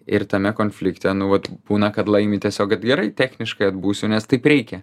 ir tame konflikte nu vat būna kad laimi tiesiog kad gerai techniškai atbūsiu nes taip reikia